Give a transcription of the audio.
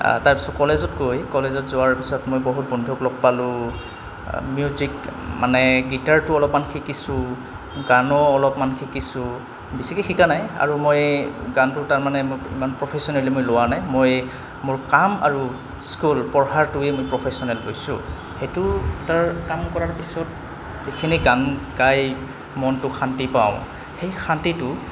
তাৰপিছত কলেজত গৈ কলেজত যোৱাৰ পিছত মই বহুত বন্ধুক লগ পালোঁ মিউজিক মানে গীটাৰটো অলপমান শিকিছোঁ গানো অলপমান শিকিছোঁ বেছিকে শিকা নাই আৰু মই গানটো তাৰমানে ইমান প্ৰফেশ্যনেলি মই লোৱা নাই মই মোৰ কাম আৰু স্কুল পঢ়াটোৱেই মই প্ৰফেশ্যনেল লৈছোঁ সেইটো তাৰ কাম কৰাৰ পিছত যিখিনি গান গাই মনটো শান্তি পাওঁ সেই শান্তিটো